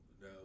no